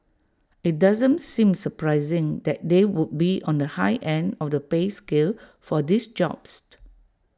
IT doesn't seem surprising that they would be on the high end of the pay scale for these jobs